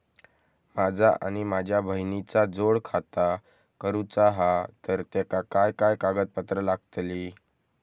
माझा आणि माझ्या बहिणीचा जोड खाता करूचा हा तर तेका काय काय कागदपत्र लागतली?